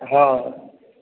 हँ